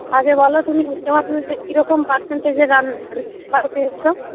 আগে বলো তুমি উচ্চ মাধ্যমিকে কী রকম পার্সেন্টেজে নাম্বার পেয়েছ